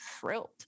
thrilled